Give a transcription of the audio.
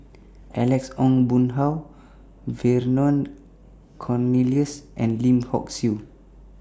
Alex Ong Boon Hau Vernon Cornelius and Lim Hock Siew